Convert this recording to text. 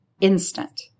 instant